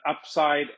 upside